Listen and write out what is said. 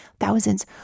thousands